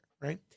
right